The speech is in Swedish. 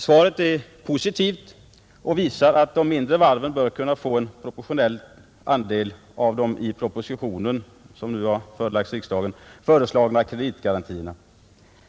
Svaret är positivt och visar att de mindre varven bör kunna erhålla en proportionell andel av de i propositionen — som nu har förelagts riksdagen — föreslagna kreditgarantierna.